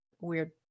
weird